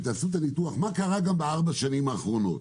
ותעשו ניתוח גם מה קרה בארבע השנים האחרונות,